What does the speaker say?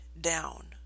down